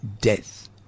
death